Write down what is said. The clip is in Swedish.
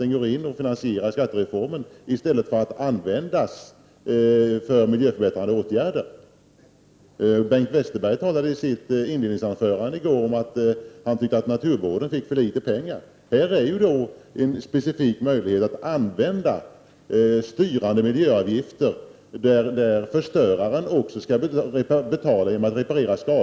Den går in i finansieringen av skattereformen i stället för att användas för miljöförbättrande åtgärder. Bengt Westerberg sade i sitt inledningsanförande i går att han tycker att naturvården får för litet pengar. Här finns nu en specifik möjlighet att använda styrande miljöavgifter på ett sådant sätt att förstöraren också skall reparera skadan genom att betala.